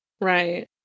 Right